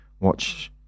watch